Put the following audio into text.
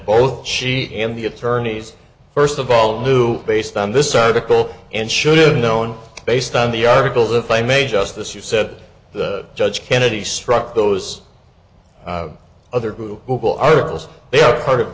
both she and the attorneys first of all knew based on this article and should've known based on the article if i may justice you said the judge kennedy struck those other group google articles they are part of